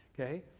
okay